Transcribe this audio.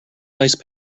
ice